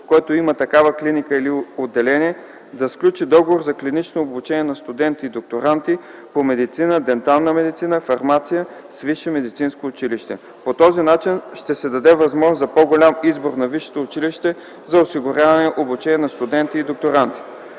в което има такава клиника или отделение, да сключи договор за клинично обучение на студенти и докторанти по медицина, дентална медицина и фармация с висше медицинско училище. По този начин ще се даде възможност за по-голям избор на висшето училище за осигуряване обучението на студенти и докторанти.